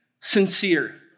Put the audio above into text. sincere